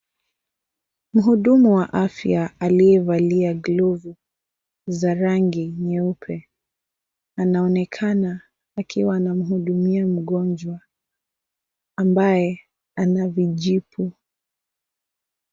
Mhudumu wa afya aliyevaa glovu za rangi nyeupe anaonekana akiwa anamhudumia mgonjwa ambaye ana vijipu.